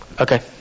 Okay